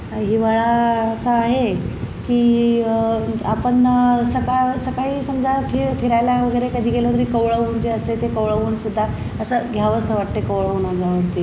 हिवाळा असा आहे की आपण सकाळ सकाळी समजा फिर फिरायला वगैरे कधी गेलो तरी कोवळं ऊन्ह जे असते ते कोवळं ऊनसुद्धा असं घ्यावंसं वाटतंय कोवळं ऊन्ह अंगावरती